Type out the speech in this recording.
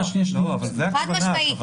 חד-משמעית.